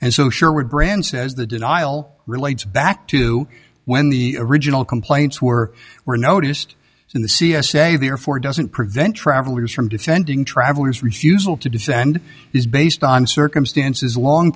and so sure would brand says the denial relates back to when the original complaints were were noticed in the c s a therefore doesn't prevent travelers from defending travellers refusal to descend is based on circumstances long